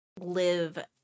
live